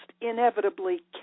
inevitably